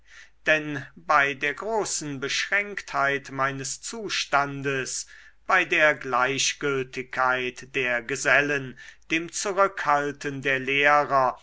denn bei der großen beschränktheit meines zustandes bei der gleichgültigkeit der gesellen dem zurückhalten der lehrer